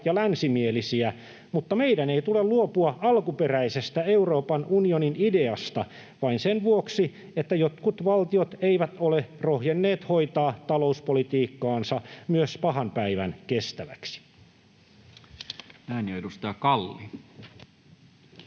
ja länsimielisiä, mutta meidän ei tule luopua alkuperäisestä Euroopan unionin ideasta vain sen vuoksi, että jotkut valtiot eivät ole rohjenneet hoitaa talouspolitiikkaansa myös pahan päivän kestäväksi. [Speech 197]